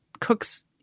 cooks